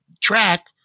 track